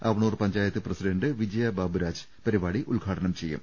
Avanur panchayat president Vijaya Baburaj പരിപാടി ഉദ്ഘാടനം ചെയ്യും